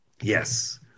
yes